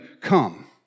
come